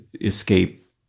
escape